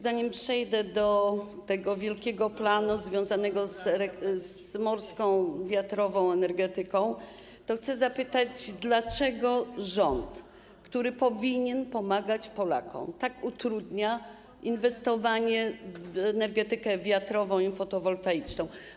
Zanim przejdę do tego wielkiego planu związanego z morską energetyką wiatrową, chcę zapytać, dlaczego rząd, który powinien pomagać Polakom, tak utrudnia inwestowanie w energetykę wiatrową i fotowoltaiczną.